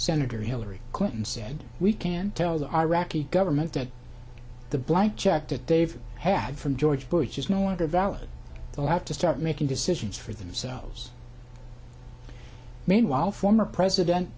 senator hillary clinton said we can tell the iraqi government that the blank check that they've had from george bush is no longer valid they'll have to start making decisions for themselves meanwhile former president